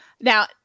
now